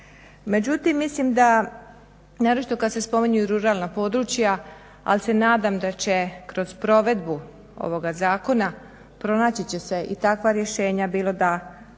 Međutim mislim da naročito kad se spominju ruralna područja al se nadam da će kroz provedbu ovoga zakona pronaći će se i takva rješenja bilo da